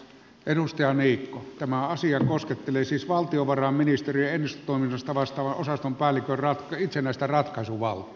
edustaja niikko tämä asia koskettelee siis valtiovarainministeriön ennustetoiminnoista vastaavan osaston päällikön itsenäistä ratkaisuvaltaa